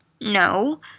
No